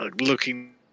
looking